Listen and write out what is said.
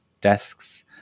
desks